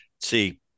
see